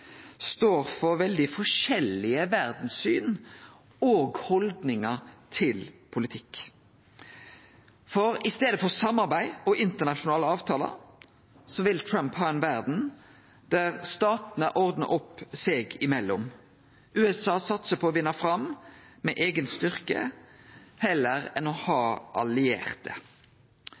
står for veldig forskjellige verdssyn og haldningar til politikk. I staden for samarbeid og internasjonale avtalar vil Trump ha ei verd der statane ordnar opp seg imellom. USA satsar på å vinne fram med eigen styrke, heller enn å ha allierte.